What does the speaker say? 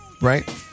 right